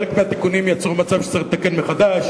חלק מהתיקונים יצרו מצב שצריך לתקן מחדש.